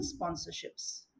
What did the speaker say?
sponsorships